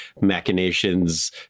machinations